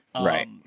Right